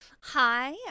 Hi